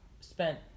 spent